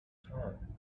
turned